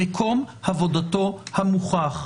מקום עבודתו המוכח,